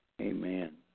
Amen